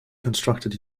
constructed